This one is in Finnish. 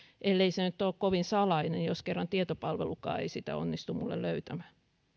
ellei se nyt ole kovin salainen jos kerran tietopalvelukaan ei sitä onnistu minulle löytämään